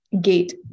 gate